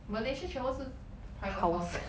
Malaysia 全都是 private house 的 [what]